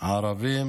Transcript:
ערבים